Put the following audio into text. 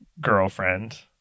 girlfriend